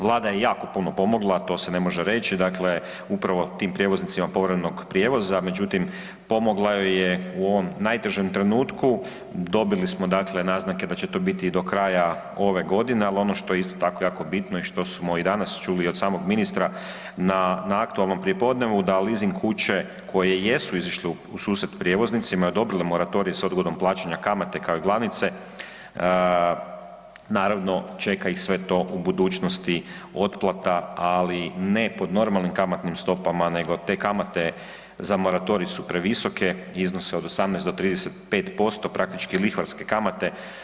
Vlada je jako puno pomogla, to se ne može reći, dakle upravo tim prijevoznicima ... prijevoza, međutim pomogla joj je u ovom najtežem trenutku, dobili smo dakle naznake da će to biti i do kraja ove godine, ali ono što je isto tako jako bitno i što smo i danas čuli, i od samog ministra na aktualnom prijepodnevu, da leasing kuće koje jesu izišle u susret prijevoznicima i odobrile moratorij s odgodom plaćanja kamate, kao i glavnice, naravno čeka ih sve to u budućnosti, otplata, ali ne pod normalnim kamatnih stopama nego te kamate za moratorij su previsoke, iznose od 18% do 35%, praktički lihvarske kamate.